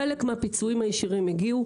חלק מהפיצויים הישירים הגיעו,